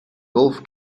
golf